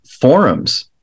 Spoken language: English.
forums